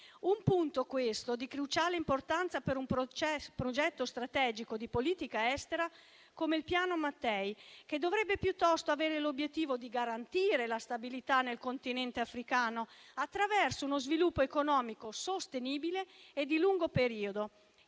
è un punto di cruciale importanza per un progetto strategico di politica estera come il Piano Mattei, che dovrebbe piuttosto avere l'obiettivo di garantire la stabilità nel Continente africano attraverso uno sviluppo economico sostenibile e di lungo periodo